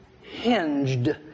hinged